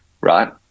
right